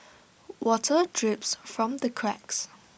water drips from the cracks